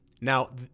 Now